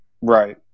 right